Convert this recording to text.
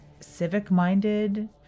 civic-minded